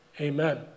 amen